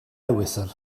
ewythr